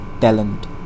talent